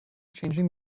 changing